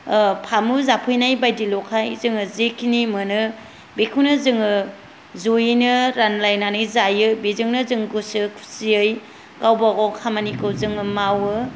फामु जाफैनाय बादिल'खाय जोङो जेखिनि मोनो बेखौनो जोङो ज'यैनो रानलायनानै जायो बेजोंनो जोङो गोसो खुसियै गावबागाव खामानिखौ जोङो मावो